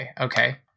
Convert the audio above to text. okay